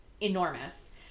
enormous